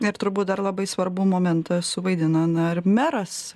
ir turbūt dar labai svarbų momentą suvaidino na ar meras